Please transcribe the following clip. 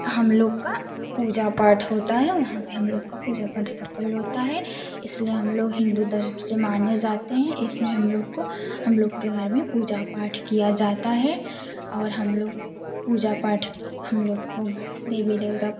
हम लोग का पूजा पाठ होता है वहाँ पर हम लोग का पूजा पाठ सफल होता है इसलिए हम लोग हिन्दू धर्म से माने जाते हैं इसलिए हम लोग को हम लोग के घर में पूजा पाठ किया जाता हैं और हम लोग पूजा पाठ हम लोग को देवी देवता